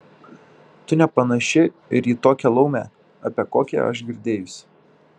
tu nepanaši ir į tokią laumę apie kokią aš girdėjusi